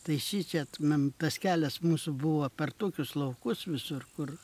tai šičia tas kelias mus buvo per tokius laukus visur kur